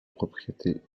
propriétés